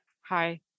Hi